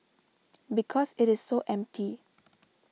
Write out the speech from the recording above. because it is so empty